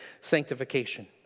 sanctification